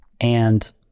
and-